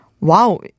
Wow